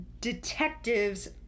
detectives